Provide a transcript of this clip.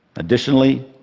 additionally,